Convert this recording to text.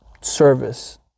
service